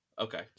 Okay